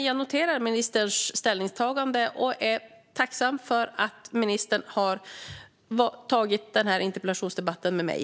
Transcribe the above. Jag noterar dock ministerns ställningstagande, och jag är tacksam för att ministern har tagit denna interpellationsdebatt med mig.